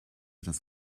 des